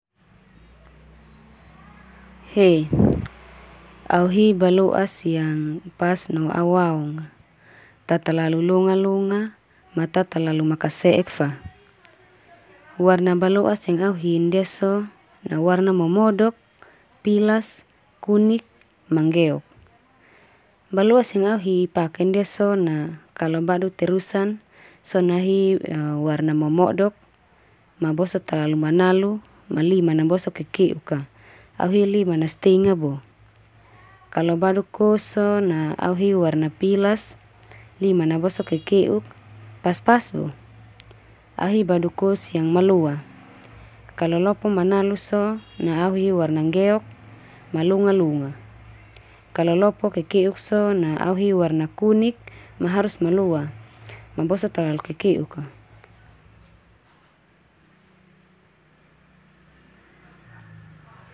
He, au hi balo'as yang pas no au aonga. Ta talalu longa-longa, ma ta talalu makase'ek fa. Warna balo'as yang au hin ndia so, na warna momodok, pilas, kunik, ma nggeok. Balo'as yang au hi paken ndia son na kalau badu terusan so, na au hi warna momodok, ma boso talalu manalu. Ma liman na boso keke'uk ka. Au hi liman na stengah bo. Kalau badu kos so, na au hi warna pilas, liman na boso keke'uk, pas-pas bo. Au hi badu kos yang maloa kalau lopo manalu so, na au hi warna nggeok ma longa-longa. Kalau lopo keke'uk so na au hi warna kunik, ma harus maloa ma boso talalu keke'uk ka.